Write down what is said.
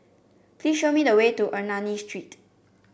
please show me the way to Ernani Street